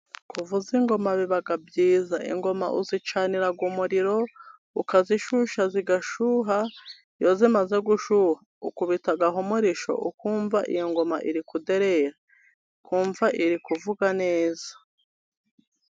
Kuvuza ingoma biba byiza, ingoma uzicanirara umuriro, ukazishusha zigashuha iyo zimaze gushuha, ukubitaho umurisho ukumva ingoma irikuderera, ukumva iri kuvuga neza.